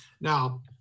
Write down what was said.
Now